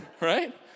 right